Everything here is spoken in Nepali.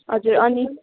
हजुर अनि